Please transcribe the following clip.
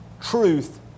truth